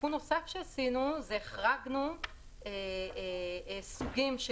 תיקון נוסף שעשינו הוא שהחרגנו סוגים של